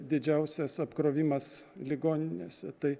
didžiausias apkrovimas ligoninėse tai